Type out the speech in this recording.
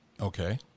Okay